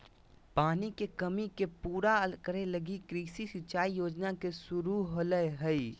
पानी के कमी के पूरा करे लगी कृषि सिंचाई योजना के शुरू होलय हइ